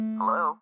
Hello